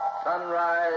Sunrise